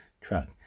truck